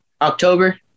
october